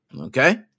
Okay